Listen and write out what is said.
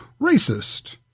racist